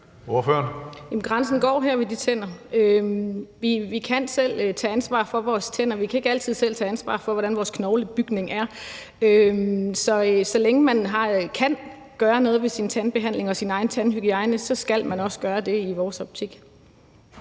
grænsen går her ved tænderne. Vi kan selv tage ansvar for vores tænder. Vi kan ikke altid selv tage ansvar for, hvordan vores knoglebygning er. Så så længe man kan gøre noget ved sin tandbehandling og sin egen tandhygiejne, skal man også gøre det i vores optik.